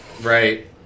right